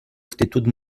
actitud